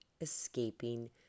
escaping